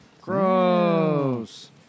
Gross